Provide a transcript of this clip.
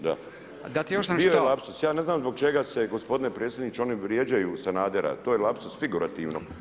da [[Upadica: 238. šta?]] bio je lapsuz, ja ne znam zbog čega se gospodine predsjedniče oni vrijeđaju Sanadera to je lapsuz figurativno.